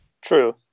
True